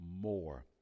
more